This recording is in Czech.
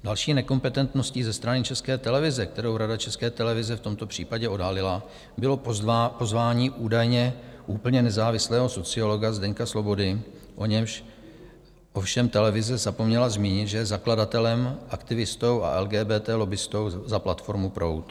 Další nekompetentností ze strany České televize, kterou Rada České televize v tomto případě odhalila, bylo pozvání údajně úplně nezávislého sociologa Zdeňka Svobody, o němž ovšem televize zapomněla zmínit, že je zakladatelem, aktivistou a LGBT lobbistou za platformu Proud.